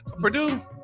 Purdue